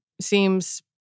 seems